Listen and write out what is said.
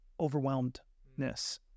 overwhelmedness